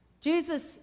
Jesus